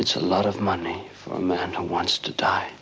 it's a lot of money for a man who wants to die